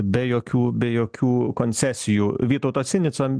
be jokių be jokių koncesijų vytauto sinica